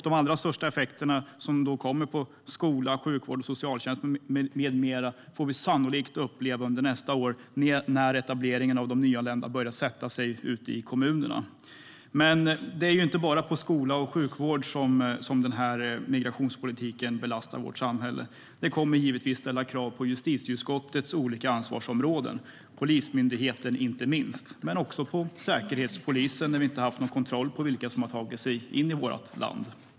De allra största effekterna på skola, sjukvård, socialtjänst med mera får vi sannolikt uppleva under nästa år när etableringen av de nyanlända börjar sätta sig ute i kommunerna. Migrationspolitiken belastar inte bara skola och sjukvård. Den kommer givetvis också att ställa krav på justitieutskottets olika ansvarsområden, och inte minst på Polismyndigheten och Säkerhetspolisen eftersom man inte har haft någon kontroll på vilka som har tagit sig in i vårt land.